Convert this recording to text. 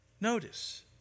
Notice